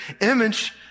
image